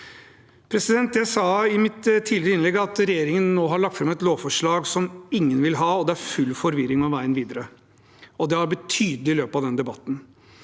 besvart. Jeg sa i mitt tidligere innlegg at regjeringen nå har lagt fram et lovforslag som ingen vil ha, og det er full forvirring om veien videre. Det har blitt tydelig i løpet av debatten.